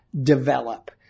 develop